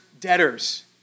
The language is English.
debtors